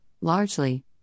largely